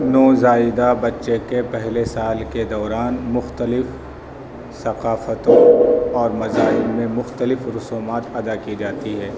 نوزائیدہ بچے کے پہلے سال کے دوران مختلف ثقافتوں اور مذاہب میں مختلف رسومات ادا کی جاتی ہے